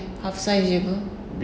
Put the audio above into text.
half size jer ke